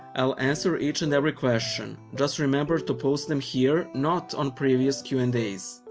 i'll answer each and every question. just remember to post them here, not on previous q and a's.